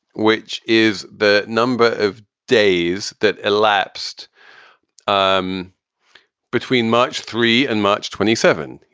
which is the number of days that elapsed um between march three and march twenty seven. you